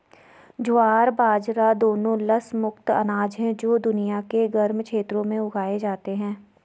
ज्वार बाजरा दोनों लस मुक्त अनाज हैं जो दुनिया के गर्म क्षेत्रों में उगाए जाते हैं